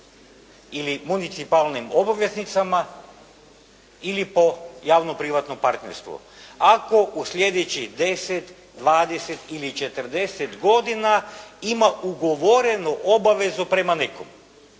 ili municipalnim obveznicama ili po javno-privatnom partnerstvu. Ako u slijedećih 10, 20 ili 40 godina ima ugovorenu obavezu prema nekom.